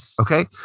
Okay